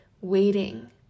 waiting